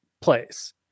place